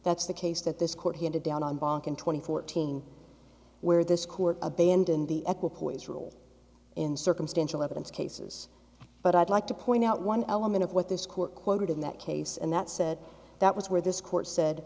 that's the case that this court handed down on bach in twenty fourteen where this court abandoned the poison rule in circumstantial evidence cases but i'd like to point out one element of what this court quoted in that case and that said that was where this court said